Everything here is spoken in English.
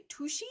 tushi